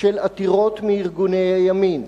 של עתירות מארגוני הימין.